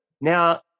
Now